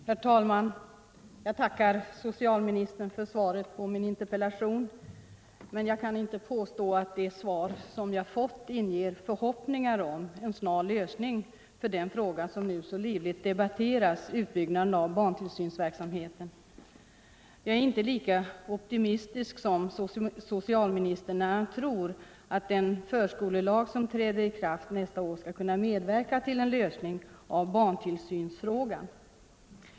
Herr talman! Jag tackar socialministern för svaret på min interpellation, men jag kan inte påstå att det svar som jag fått inger förhoppningar om en snar lösning på den fråga som nu så livligt debatteras, utbyggnaden av barntillsynsverksamheten. Jag är inte lika optimistisk som socialministern när han tror att den förskolelag som träder i kraft nästa år skall kunna medverka till en lösning av barntillsynsfrågan.